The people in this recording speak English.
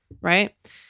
right